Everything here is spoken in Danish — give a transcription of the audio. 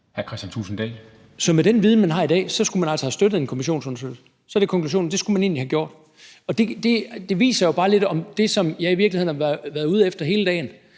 13:12 Kristian Thulesen Dahl (DF): Så med den viden, man har i dag, skulle man altså have støttet en kommissionsundersøgelse – er det konklusionen, at det skulle man egentlig have gjort? Det viser jo bare lidt om det, som jeg i virkeligheden har været ude efter hele dagen,